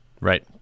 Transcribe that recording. Right